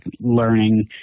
learning